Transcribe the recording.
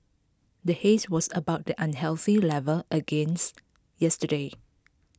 the haze was above the unhealthy level again yesterday